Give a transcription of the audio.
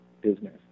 business